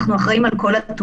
אנחנו אחראים על כל התובעים,